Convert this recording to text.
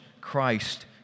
Christ